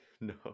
No